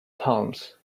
palms